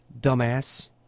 Dumbass